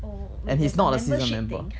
oh wait there's a membership thing